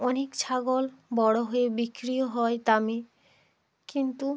অনেক ছাগল বড়ো হয়ে বিক্রিও হয় দামে কিন্তু